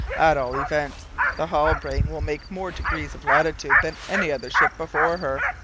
at all events the halbrane will make more degrees of latitude than any other ship before her.